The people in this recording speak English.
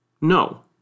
No